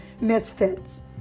misfits